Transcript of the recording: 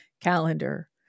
calendar